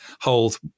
hold